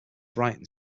brighton